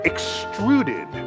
Extruded